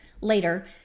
later